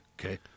okay